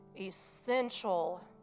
essential